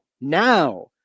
now